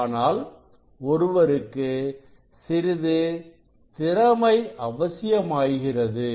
ஆனால் ஒருவருக்கு சிறிது திறமை அவசியமாகிறது